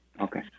Okay